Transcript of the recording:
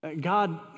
God